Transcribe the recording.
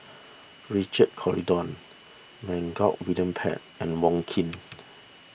Richard Corridon William Pett and Wong Keen